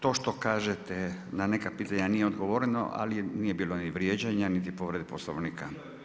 To što kažete na neka pitanja nije odgovoreno, ali nije bilo ni vrijeđanja niti povrede Poslovnika.